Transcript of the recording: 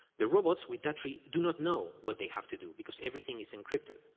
the robots, with that tree, do not know what they have to do because everything is encrypted.